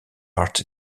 art